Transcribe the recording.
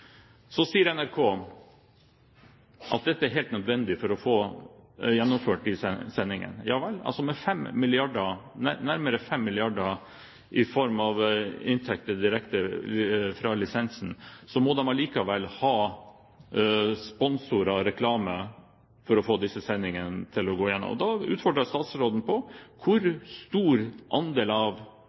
Så sier NRK at dette er helt nødvendig for å få gjennomført disse sendingene. Ja vel, med nærmere 5 mrd. kr i form av inntekter direkte fra lisensen må de likevel ha sponsorer og reklame for å få disse sendingene igjennom. Da utfordrer jeg statsråden: Hvor stor andel